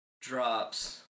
drops